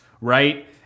right